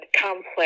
complex